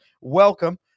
welcome